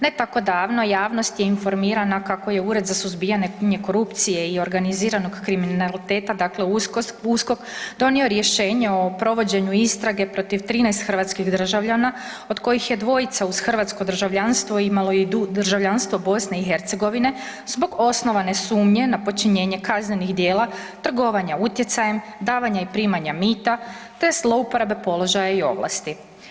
Ne tako davno javnost je informirana kako je Ured za suzbijanje korupcije i organiziranog kriminaliteta, dakle USKOK donio rješenje o provođenju istrage protiv 13 hrvatskih državljana od kojih je dvojica uz hrvatsko državljanstvo imalo i državljanstvo BiH, zbog osnovane sumnje na počinjenje kaznenih djela trgovanja utjecajem, davanja i primanja mita, te zlouporabe položaja i ovlasti.